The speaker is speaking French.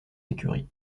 écuries